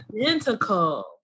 identical